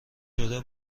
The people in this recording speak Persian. شده